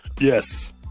Yes